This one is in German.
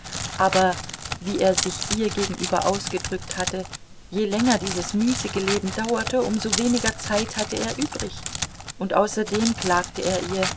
aber wie er sich ihr gegenüber ausgedrückt hatte je länger dieses müßige leben dauerte um so weniger zeit hatte er übrig und außerdem klagte er ihr